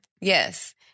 Yes